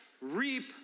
reap